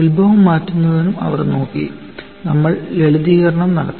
ഉത്ഭവം മാറ്റുന്നതും അവർ നോക്കി നമ്മൾ ഒരു ലളിതവൽക്കരണം നടത്തി